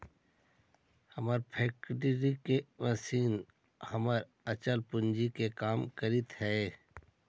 हमर फैक्ट्री लगी मशीन हमर अचल पूंजी के काम करऽ हइ